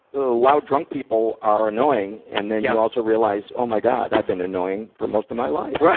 the loud, drunk people are annoying, and then you also realize, oh my god. i've been annoying for most of my life! yeah